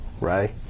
right